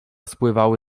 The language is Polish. spływały